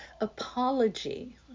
apology